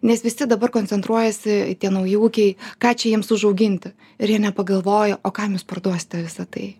nes visi dabar koncentruojasi tie nauji ūkiai ką čia jiems užauginti ir jie nepagalvoja o kam jūs parduosite visa tai